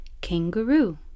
kangaroo